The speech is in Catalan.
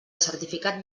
certificat